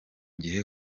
gihe